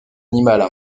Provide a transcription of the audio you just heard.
animales